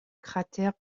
cratère